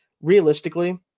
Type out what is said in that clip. Realistically